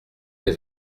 des